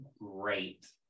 great